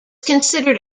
considered